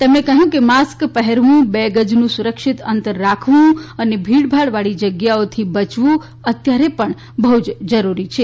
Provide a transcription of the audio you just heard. તેમણે કહ્યું કે માસ્ક પહેરવુ બે ગજનું સુરક્ષિત અંતર રાખવુ અને ભીડભાડવાળી જગ્યાએથી બચવુ અત્યારે પણ બહ્ જ જરૂરી છે